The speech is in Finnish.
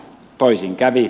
toisin kävi